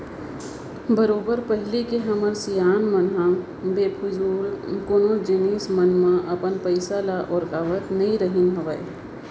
बरोबर पहिली के हमर सियान मन ह बेफिजूल कोनो जिनिस मन म अपन पइसा ल उरकावत नइ रहिस हावय